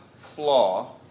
flaw